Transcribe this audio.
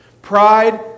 Pride